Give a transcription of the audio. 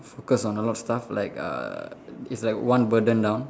focus on a lot of stuff like uh it's like one burden down